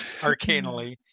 arcanally